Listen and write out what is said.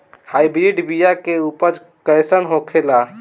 Hybrid बीया के उपज कैसन होखे ला?